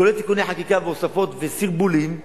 כולל תיקוני חקיקה והוספות וסרבולים,